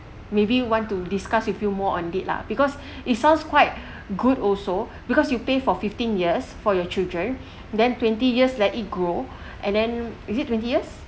maybe want to discuss with you more on it lah because it sounds quite good also because you pay for fifteen years for your children then twenty years let it grow and then is it twenty years